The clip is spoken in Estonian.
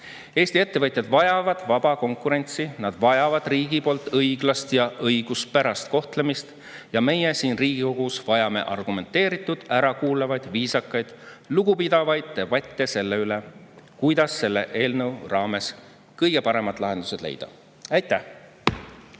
Eesti ettevõtjad vajavad vaba konkurentsi, nad vajavad riigilt õiglast ja õiguspärast kohtlemist. Ja meie siin Riigikogus vajame argumenteeritud, ära kuulavaid, viisakaid, lugupidavaid debatte selle üle, kuidas selle eelnõu menetluses kõige paremad lahendused leida. Aitäh!